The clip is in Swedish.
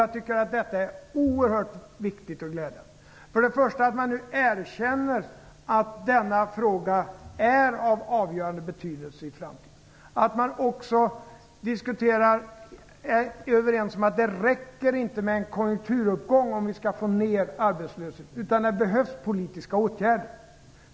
Jag tycker att detta är oerhört viktigt och glädjande. Man erkänner nu att denna fråga är av avgörande betydelse i framtiden. Man är också överens om att det inte räcker med en konjunkturuppgång om vi skall få ner arbetslösheten, utan det behövs politiska åtgärder.